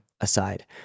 aside